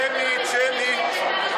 שמית, שמית.